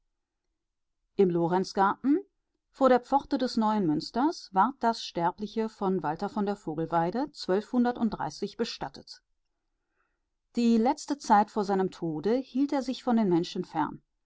im lorenzgarten vor der pforte des neuen münsters wurde das sterbliche von walter von der vogelweide bestattet die letzte zeit vor seinem tode hielt er sich von den menschen